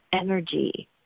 energy